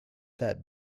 that